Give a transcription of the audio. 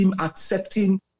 accepting